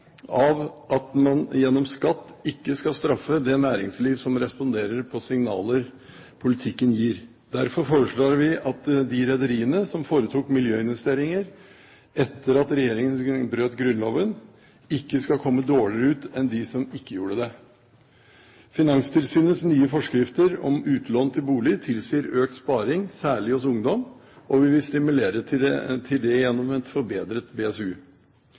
av at man gjennom skatt ikke skal straffe det næringsliv som responderer på de signaler politikken gir. Derfor foreslår vi at de rederiene som foretok miljøinvesteringer etter at regjeringen brøt Grunnloven, ikke skal komme dårligere ut enn de som ikke gjorde det. Finanstilsynets nye forskrifter om utlån til bolig tilsier økt sparing, særlig blant ungdom, og vi vil stimulere til det gjennom en forbedret BSU.